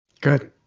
Good